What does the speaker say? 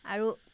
আৰু